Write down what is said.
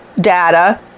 data